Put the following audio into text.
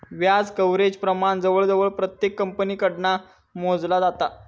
व्याज कव्हरेज प्रमाण जवळजवळ प्रत्येक कंपनीकडना मोजला जाता